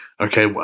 okay